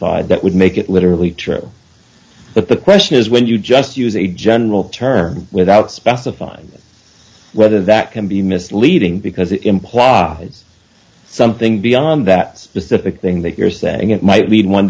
d that would make it literally true but the question is when you just use a general term without specifying whether that can be misleading because it implies something beyond that is the thing that you're saying it might lead one